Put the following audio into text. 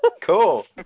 Cool